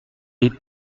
les